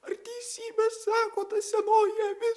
ar teisybę sako ta senoji avis